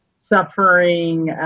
suffering